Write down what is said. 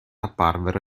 apparvero